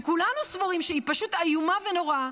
שכולנו סבורים שהיא פשוט איומה ונוראה,